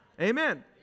Amen